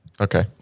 Okay